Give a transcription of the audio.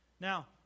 Now